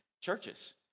churches